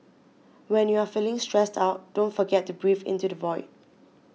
when you are feeling stressed out don't forget to breathe into the void